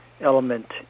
element